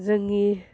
जोंनि